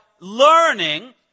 learning